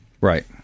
Right